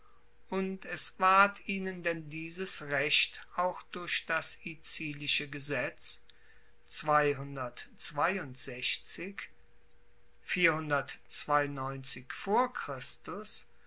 und es ward ihnen denn dieses recht auch durch das icilische gesetz